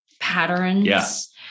patterns